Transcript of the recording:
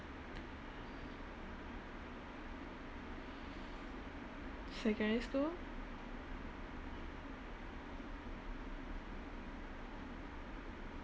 secondary school